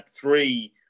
three